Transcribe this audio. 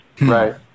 right